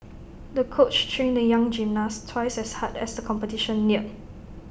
the coach trained the young gymnast twice as hard as the competition neared